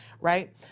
right